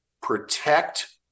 protect